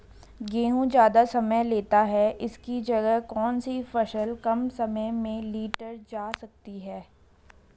गेहूँ ज़्यादा समय लेता है इसकी जगह कौन सी फसल कम समय में लीटर जा सकती है?